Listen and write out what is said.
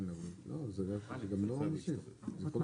מכיוון שהחוק עוסק בספקים מורשים וכבר